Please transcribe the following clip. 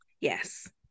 Yes